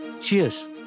cheers